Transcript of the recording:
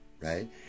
right